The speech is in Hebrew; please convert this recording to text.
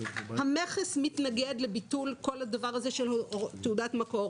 המכס מתנגד לביטול תעודת המקור.